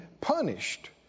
punished